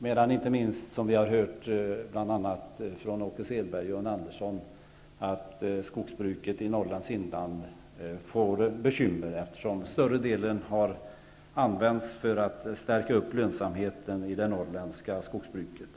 Men vi har tidigare hört från Åke Norrlands inland får bekymmer, eftersom större delen har använts för att stärka lönsamheten i det norrländska skogsbruket.